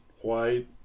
white